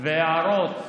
והערות להצעתך.